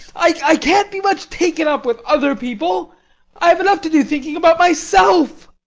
i can't be much taken up with other people i have enough to do thinking about myself.